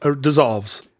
dissolves